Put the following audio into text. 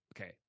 Okay